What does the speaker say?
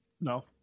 No